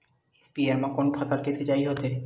स्पीयर म कोन फसल के सिंचाई होथे?